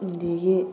ꯑꯗꯒꯤ